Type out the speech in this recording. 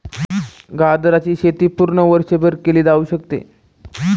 गाजराची शेती पूर्ण वर्षभर केली जाऊ शकते